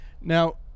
Now